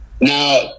Now